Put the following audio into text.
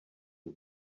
you